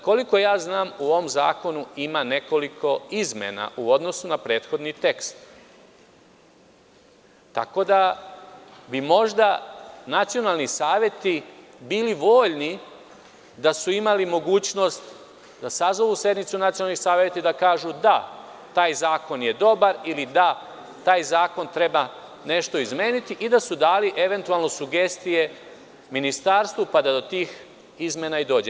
Koliko ja znam, u ovom zakonu ima nekoliko izmena u odnosu na prethodni tekst, tako da bi možda nacionalni saveti bili voljni da su imali mogućnost da sazovu sednicu nacionalnih saveta i da kažu – da, taj zakon je dobar ili – da, taj zakon treba nešto izmeniti i da su dali eventualno sugestije ministarstvu, pa da do tih izmena i dođe.